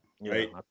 right